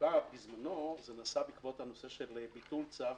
שנקבע בזמנו, נעשה בעקבות הנושא של ביטול צו